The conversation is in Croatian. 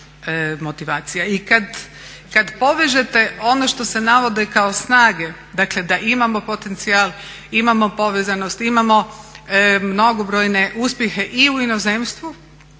I kad povežete ono što se navodi kao snage, dakle da imamo potencijal, imamo povezanost, imamo mnogobrojne uspjehe i u inozemstvu